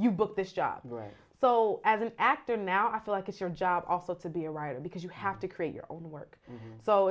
you book this job right so as an actor now i feel like it's your job also to be a writer because you have to create your own work so